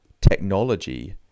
technology